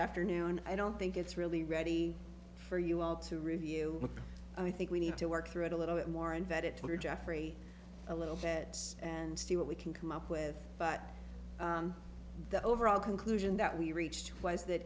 afternoon i don't think it's really ready for you all to review i think we need to work through it a little bit more and vet it for jeffrey a little bit and see what we can come up with but the overall conclusion that we reached was that